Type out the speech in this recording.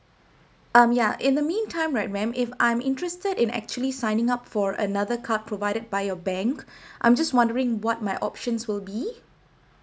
um yeah in the meantime right ma'am if I'm interested in actually signing up for another card provided by your bank I'm just wondering what my options will be